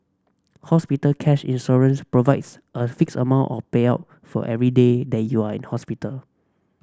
hospital cash insurance provides a fixed amount of payout for every day that you are in hospital